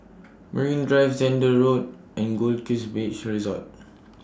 Marine Drive Zehnder Road and Goldkist Beach Resort